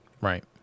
Right